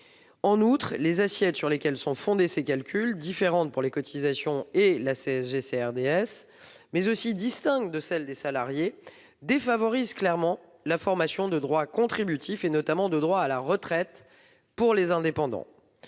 concernés. Les assiettes sur lesquelles sont fondés ces calculs, différentes pour les cotisations et la CSG-CRDS, mais aussi distinctes de celle des salariés, défavorisent la formation de droits contributifs, et notamment de droits à retraite, pour les indépendants.